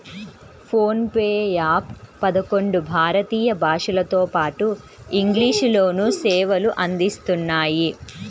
phone pay app పదకొండు భారతీయ భాషలతోపాటు ఇంగ్లీష్ లోనూ సేవలు అందిస్తున్నాయి